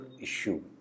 issue